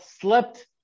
slept